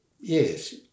yes